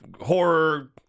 horror